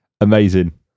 amazing